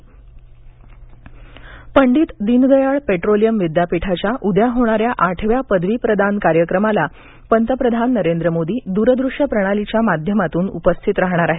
मोदी पदवीप्रदान पंडित दीनदयाळ पेट्रोलियम विद्यापीठाच्या उद्या होणाऱ्या आठव्या पदवी प्रदान कार्यक्रमाला पंतप्रधान नरेंद्र मोदी दूर दृश्य प्रणालीच्या माध्यमातून उपस्थित राहणार आहेत